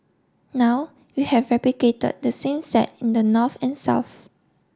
now we have replicated the same set in the north and south